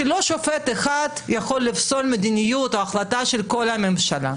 שלא שופט אחד יכול לפסול מדיניות או החלטה של כל הממשלה,